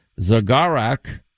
Zagarak